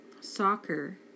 soccer